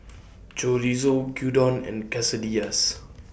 Chorizo Gyudon and Quesadillas